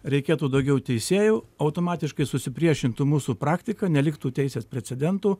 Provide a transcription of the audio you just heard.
reikėtų daugiau teisėjų automatiškai susipriešintų mūsų praktika neliktų teisės precedentų